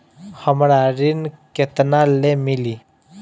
हमरा ऋण केतना ले मिली?